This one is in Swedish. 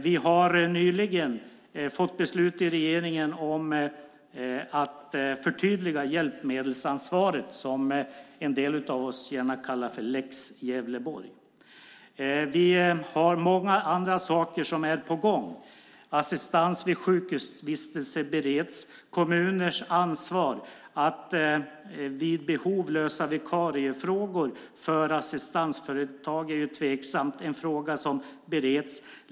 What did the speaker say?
Vi har nyligen fått beslut i regeringen om att förtydliga hjälpmedelsansvaret, som en del av oss gärna kallar lex Gävleborg. Vi har många andra saker som är på gång. Assistans vid sjukhusvistelse bereds. Kommuners ansvar för att vid behov lösa vikariefrågor för assistansföretag är tveksamt, och det är en fråga som bereds.